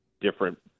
different